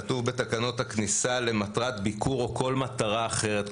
כתוב בתקנות הכניסה: "למטרת ביקור או כל מטרה אחרת",